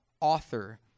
author